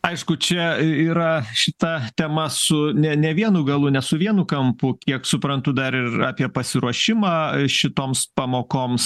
aišku čia yra šita tema su ne ne vienu galu ne su vienu kampu kiek suprantu dar ir apie pasiruošimą šitoms pamokoms